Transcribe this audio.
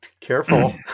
Careful